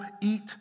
eat